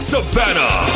Savannah